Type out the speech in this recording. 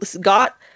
got